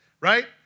Right